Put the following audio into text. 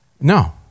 No